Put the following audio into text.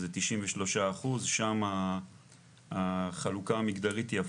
זה 93%. שם החלוקה המגדרית היא הפוכה: